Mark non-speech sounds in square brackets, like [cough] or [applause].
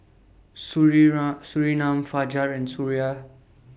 [unintelligible] Surinam Fajar and Suraya